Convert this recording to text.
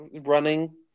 Running